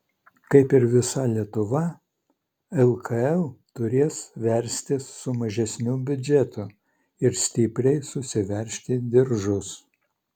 kaip ir visa lietuva lkl turės verstis su mažesniu biudžetu ir stipriai susiveržti diržus